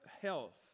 health